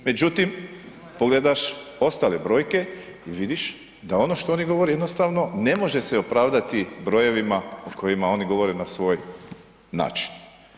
Međutim, pogledaš ostale brojke i vidiš da ono što oni govore jednostavno ne može se opravdati brojevima o kojima oni govore na svoj način.